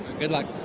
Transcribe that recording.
good luck.